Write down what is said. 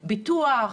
ביטוח,